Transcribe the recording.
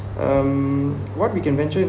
um what we can venture